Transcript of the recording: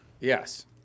Yes